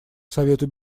совету